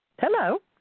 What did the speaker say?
Hello